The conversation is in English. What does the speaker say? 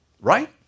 Right